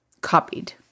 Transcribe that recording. copied